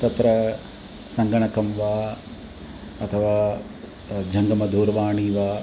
तत्र सङ्गणकं वा अथवा जङ्गम दूरवाणी वा